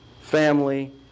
family